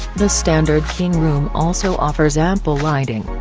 the standard king room also offers ample lighting,